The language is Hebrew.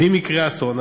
ואם יקרה אסון,